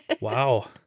Wow